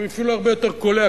הוא אפילו הרבה יותר קולע,